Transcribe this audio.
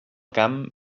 camp